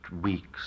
weeks